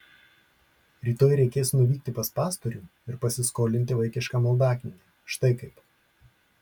rytoj reikės nuvykti pas pastorių ir pasiskolinti vaikišką maldaknygę štai kaip